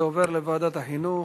זה עובר לוועדת החינוך.